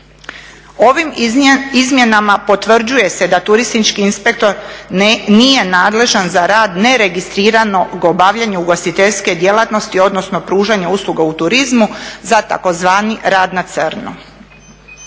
Ovim izmjenama potvrđuje se da turistički inspektor nije nadležan za rad neregistriranog obavljanja ugostiteljske djelatnosti, odnosno pružanja usluga u turizmu za tzv. rad na crno.